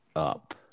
Up